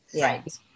Right